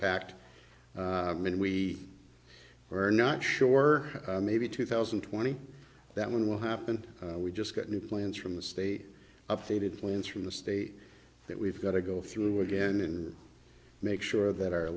pact i mean we are not sure maybe two thousand and twenty that one will happen we just got new plans from the state updated plans from the state that we've got to go through again and make sure that our